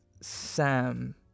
Sam